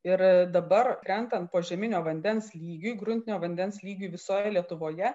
ir dabar krentant požeminio vandens lygiui gruntinio vandens lygiui visoje lietuvoje